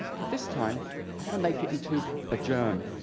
but this time i'm gonna make it into a germ.